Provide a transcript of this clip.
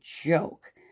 joke